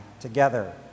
together